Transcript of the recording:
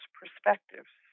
perspectives